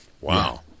Wow